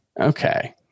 Okay